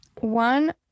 one